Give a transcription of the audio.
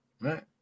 right